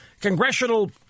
congressional